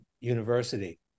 university